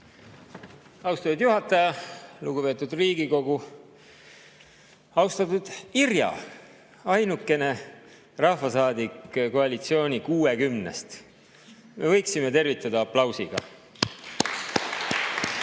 Austatud juhataja! Lugupeetud Riigikogu! Austatud Irja, ainukene rahvasaadik koalitsiooni 60-st! Me võiksime tervitada aplausiga.